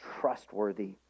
trustworthy